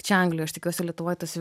čia anglijoj aš tikiuosi lietuvoj tas